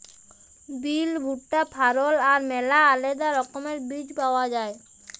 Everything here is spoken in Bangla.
বিল, ভুট্টা, ফারল আর ম্যালা আলেদা রকমের বীজ পাউয়া যায়